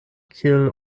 kiel